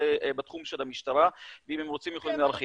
זה בתחום של המשטרה ואם הם רוצים הם יוכלו להרחיב,